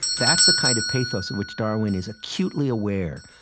that's a kind of pathos of which darwin is acutely aware.